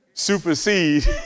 supersede